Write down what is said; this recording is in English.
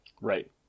right